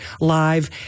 live